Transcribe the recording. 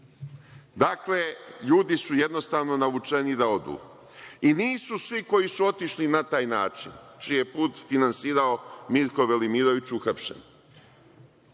ljudi su jednostavno navučeni da odu. Nisu svi koji su otišli na taj način, čiji je put finansirao Mirko Velimirović, uhapšeni.